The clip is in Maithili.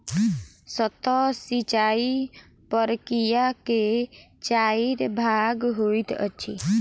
सतह सिचाई प्रकिया के चाइर भाग होइत अछि